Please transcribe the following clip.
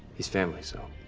he's family, so